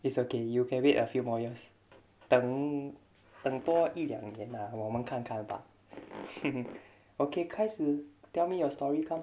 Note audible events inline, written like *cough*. it's okay you can wait a few more years 等等多一两年 lah 我们看看 bah *laughs* okay 开始 tell me your story come